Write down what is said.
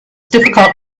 difficult